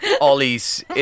Ollie's